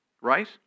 right